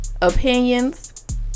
Opinions